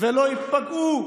ולא ייפגעו.